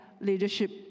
leadership